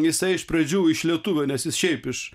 jisai iš pradžių iš lietuvio nes jis šiaip iš